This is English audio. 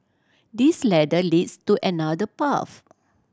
this ladder leads to another path